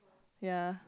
ya